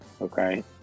okay